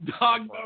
dog